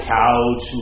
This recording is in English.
couch